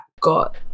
got